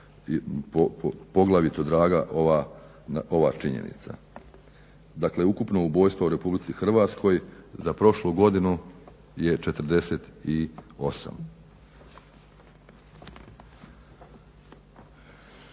poglavito draga ova činjenica. Dakle ukupno ubojstva u RH za prošlu godinu je 48.